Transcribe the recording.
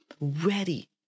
ready